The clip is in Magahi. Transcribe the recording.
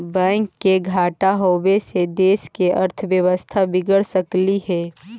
बैंक के घाटा होबे से देश के अर्थव्यवस्था बिगड़ सकलई हे